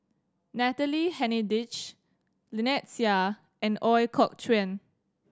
Natalie Hennedige Lynnette Seah and Ooi Kok Chuen